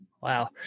Wow